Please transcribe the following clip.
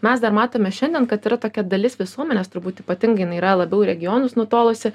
mes dar matome šiandien kad yra tokia dalis visuomenės turbūt ypatingai jinai yra labiau į regionus nutolusi